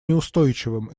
неустойчивым